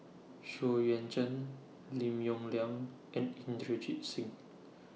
Xu Yuan Zhen Lim Yong Liang and Inderjit Singh